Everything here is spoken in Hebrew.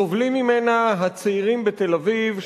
סובלים ממנה הצעירים בתל-אביב,